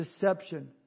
deception